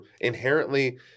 inherently